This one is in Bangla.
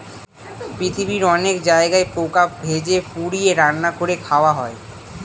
পৃথিবীর অনেক জায়গায় পোকা ভেজে, পুড়িয়ে, রান্না করে খাওয়া হয়